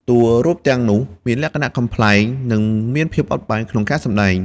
តួរូបទាំងនោះមានលក្ខណៈ កំប្លែង និងមានភាពបត់បែនក្នុងការសម្តែង។